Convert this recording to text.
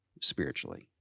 spiritually